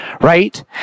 right